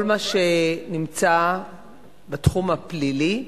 כל מה שנמצא בתחום הפלילי נחקר,